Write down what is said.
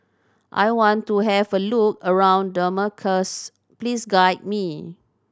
I want to have a look around Damascus please guide me